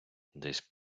десь